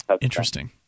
Interesting